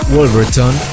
Wolverton